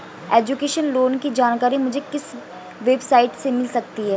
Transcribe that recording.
Education loan की जानकारी मुझे किस वेबसाइट से मिल सकती है?